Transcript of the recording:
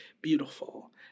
beautiful